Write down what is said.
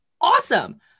Awesome